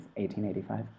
1885